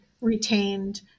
retained